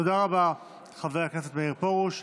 תודה רבה, חבר הכנסת מאיר פרוש.